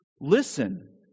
Listen